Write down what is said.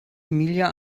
emilia